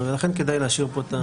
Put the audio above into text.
ולכן כדאי להשאיר כאן את הגמישות הזאת.